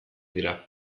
dira